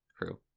crew